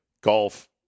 golf